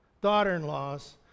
daughter-in-laws